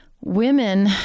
Women